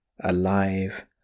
alive